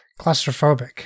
claustrophobic